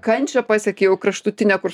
kančią pasiekia jau kraštutinę kur